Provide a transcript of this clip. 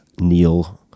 Neil